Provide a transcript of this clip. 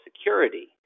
security